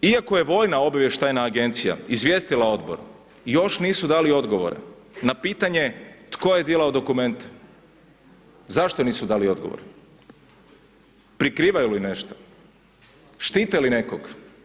Iako je Vojna obavještajna agencija izvijestila odbor još nisu dali odgovore na pitanje tko je dilao dokumente, zašto nisu dali odgovor, prikrivaju li nešto, štite li nekog?